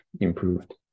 improved